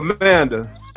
Amanda